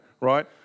right